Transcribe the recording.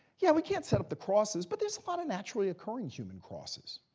yeah, we can't set up the crosses. but there's a lot of naturally occurring human crosses.